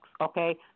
okay